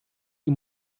die